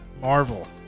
Marvel